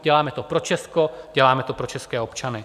Děláme to pro Česko, děláme to pro české občany.